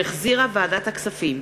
שהחזירה ועדת הכספים.